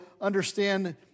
understand